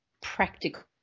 practical